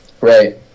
Right